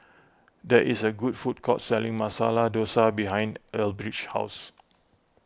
there is a food court selling Masala Dosa behind Elbridge's house